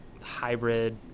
hybrid